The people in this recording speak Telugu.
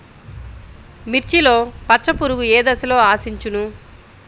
మిర్చిలో పచ్చ పురుగు ఏ దశలో ఆశించును?